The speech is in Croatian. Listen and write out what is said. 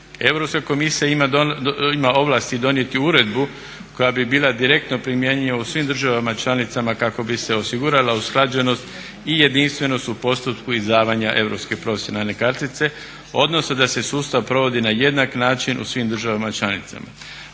Europska komisija ima ovlasti donijeti uredbu koja bi bila direktno primjenjiva u svim državama članicama kako bi se osigurala usklađenost i jedinstvenost u postupku izdavanja europske profesionalne kartice odnosno da se sustav provodi na jednak način u svim državama članicama.